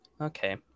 Okay